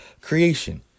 creation